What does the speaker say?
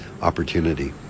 opportunity